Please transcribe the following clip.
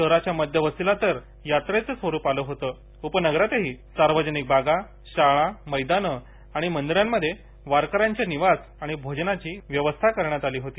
शहराच्या मध्य वस्तीला यात्रेचं स्वरुप आलं होतं उपनगरातही सार्वजनिक बागा शाळा मैदानं आणि मंदीरांमध्ये वारक याच्या निवास भोजनाची व्यवस्था करण्यात आली होती